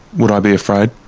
would i be afraid?